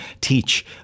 teach